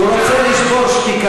מה זה אומר שלא תעבור על זה בשתיקה?